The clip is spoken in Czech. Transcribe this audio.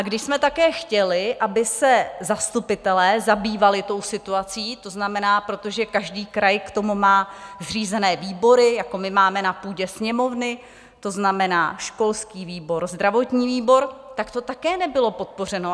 Když jsme také chtěli, aby se zastupitelé zabývali tou situací to znamená, protože každý kraj k tomu má zřízené výbory, jako my máme na půdě Sněmovny, to znamená školský výbor tak to také nebylo podpořeno.